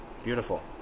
beautiful